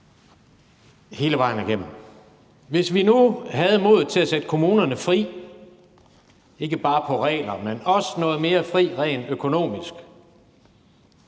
hele vejen igennem. Hvis vi nu havde modet til at sætte kommunerne fri, ikke bare med hensyn til regler, men også at sætte dem mere fri rent økonomisk,